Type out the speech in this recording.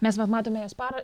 mes vat matome jos para